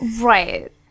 Right